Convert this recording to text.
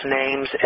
names